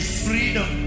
freedom